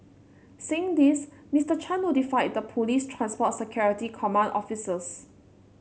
seeing this Mister Chan notified the police transport security command officers